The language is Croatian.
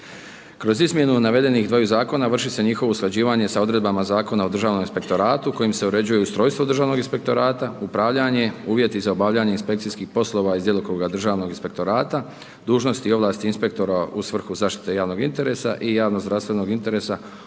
Kroz izmjenu navedenih dvaju Zakona, vrši se njihovo usklađivanje sa odredbama Zakona o državnom inspektoratu, kojim se uređuju ustrojstvo Državnog inspektorata, upravljanje, uvjeti za obavljanje inspekcijskih poslova iz djelokruga Državnog inspektorata, dužnosti i ovlasti inspektora u svrhu zaštite javnog interesa i javno zdravstvenog interesa